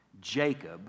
Jacob